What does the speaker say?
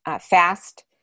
fast